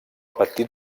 patir